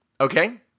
Okay